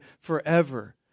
forever